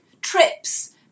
Trips